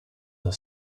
the